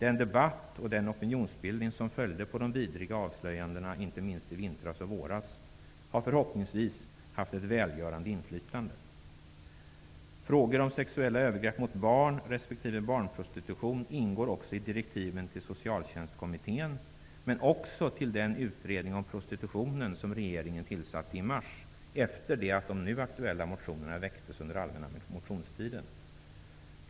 Den debatt och opinionsbildning som följde på de vidriga avslöjandena inte minst i vintras och våras har förhoppningsvis haft ett välgörande inflytande. Frågor om sexuella övergrepp mot barn respektive barnprostitution ingår också i direktiven till Socialtjänskommittén samt till den utredning om prostitution som regeringen tillsatte i mars, efter det att de nu aktuella motionerna hade väckts under den allmänna motionstiden.